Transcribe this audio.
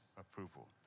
approval